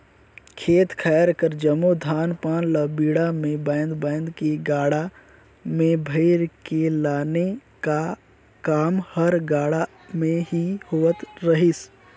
खेत खाएर कर जम्मो धान पान ल बीड़ा मे बाएध बाएध के गाड़ा मे भइर के लाने का काम हर गाड़ा मे ही होवत रहिस